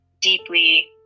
deeply